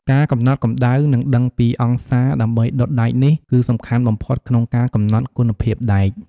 ការកំណត់កម្ដៅ និងដឹងពីអង្សារដើម្បីដុតដែកនេះ គឺសំខាន់បំផុតក្នុងការកំណត់គុណភាពដែក។